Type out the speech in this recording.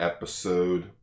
Episode